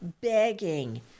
begging